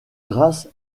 grâce